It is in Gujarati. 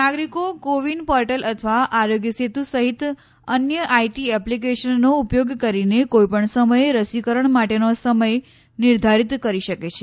નાગરિકો કોવિન પોર્ટેલ અથવા આરોગ્ય સેતુ સહિત અન્ય આઈટી એપ્લિકેશનનો ઉપયોગ કરીને કોઈપણ સમયે રસીકરણ માટેનો સમય નિર્ધારિત કરી શકે છે